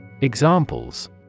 Examples